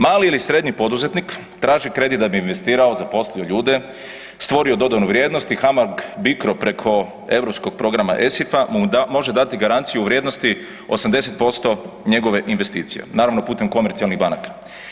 Mali ili srednji poduzetnik traži kredit da bi investirao, zaposlio ljude, stvorio dodanu vrijednost i HAMAG BICRO preko europskog programa ESIF-a mu može dati garanciju u vrijednosti 80% njegove investicije naravno putem komercijalnih banaka.